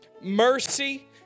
mercy